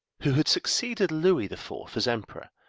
who had succeeded louis the fourth as emperor,